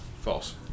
False